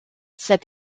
said